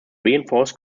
reinforced